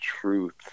truth